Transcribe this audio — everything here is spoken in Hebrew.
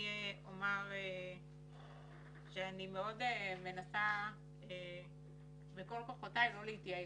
אני מנסה בכל כוחותיי לא להתייאש.